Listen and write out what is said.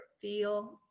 feel